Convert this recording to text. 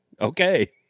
Okay